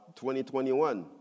2021